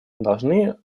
должны